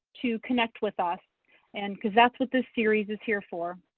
to connect with us and cause that's what this series is here for.